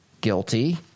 guilty